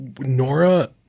Nora